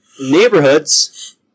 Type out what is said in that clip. neighborhoods